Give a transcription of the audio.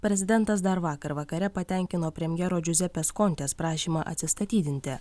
prezidentas dar vakar vakare patenkino premjero džiuzepės kontės prašymą atsistatydinti